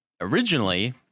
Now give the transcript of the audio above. Originally